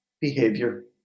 Behavior